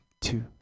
two